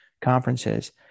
conferences